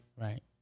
Right